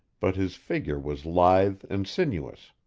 but his figure was lithe and sinuous.